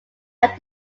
have